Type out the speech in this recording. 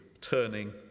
turning